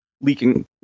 leaking